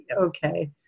okay